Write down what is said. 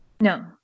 No